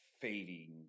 fading